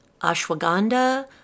ashwagandha